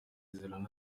masezerano